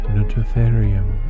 Nototherium